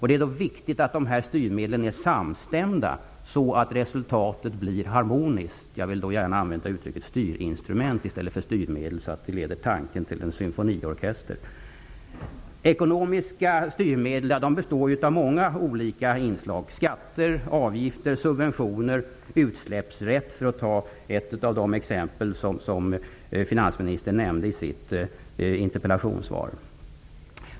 Det är viktigt att dessa styrmedel är samstämda, så att resultatet blir harmoniskt. Jag vill gärna använda uttrycket styrinstrument i stället för styrmedel så att det leder tanken till en symfoniorkester. Ekonomiska styrmedel består av många olika inslag: skatter, avgifter, subventioner och utsläppsrätt, för att ta ett av de exempel som finansministern nämnde i sitt interpellationssvar.